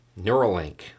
Neuralink